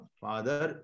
father